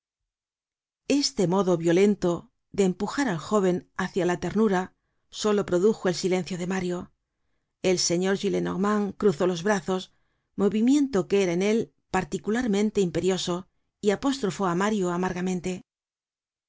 este modo violento de empujar al jóven hácia la ternura solo produjo el silencio de mario el señor gillenormand cruzólos brazos movimiento que era en él particularmente imperioso y apostrofó á mario amargamente